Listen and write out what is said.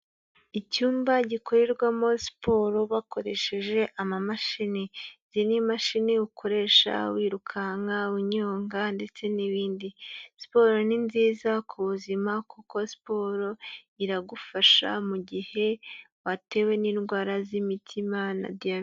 Icyumba gikorerwamo siporo bakoresheje amamashini, izi ni imashini ukoresha wirukanka, unyonga ndetse n'ibindi, siporo ni nziza ku buzima, kuko siporo iragufasha mu gihe watewe n'indwara z'imitima na Diyabete.